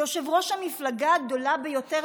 יושב-ראש המפלגה הגדולה ביותר,